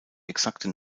exakte